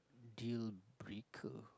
dealbreaker